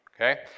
okay